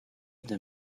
them